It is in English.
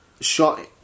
shot